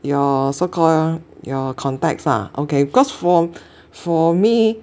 your so called your context lah okay because for for me